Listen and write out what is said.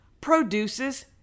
produces